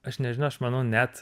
aš nežinau aš manau net